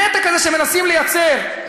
הנתק הזה שמנסים לייצר,